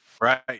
Right